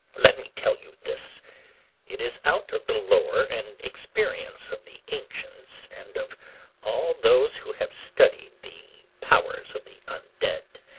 let me tell you this it is out of the lore and experience of the ancients and of all those who have studied the powers of the un-dead.